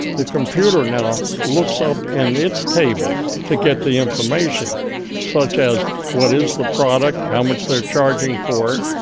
the computer now looks up in its table to get the information such as what is the product? how much they're charging for it?